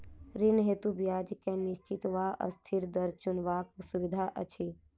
ऋण हेतु ब्याज केँ निश्चित वा अस्थिर दर चुनबाक सुविधा अछि